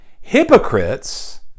hypocrites